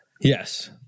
Yes